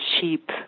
cheap